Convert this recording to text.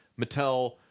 mattel